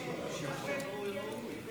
חבר הכנסת